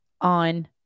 on